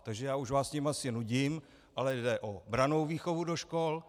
Takže já už vás s tím asi nudím, ale jde o brannou výchovu do škol.